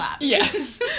Yes